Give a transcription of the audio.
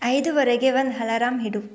ಐದುವರೆಗೆ ಒಂದು ಹಲರಾಮ್ ಇಡು